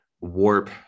warp